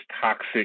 toxic